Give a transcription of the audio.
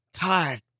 God